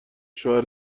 شوهر